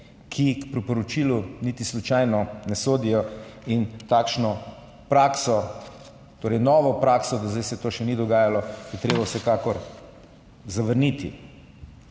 k priporočilu niti slučajno ne sodijo. Takšno prakso, torej novo prakso, da zdaj se to še ni dogajalo, je treba vsekakor zavrniti.